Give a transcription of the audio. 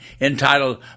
entitled